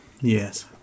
Yes